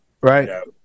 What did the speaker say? Right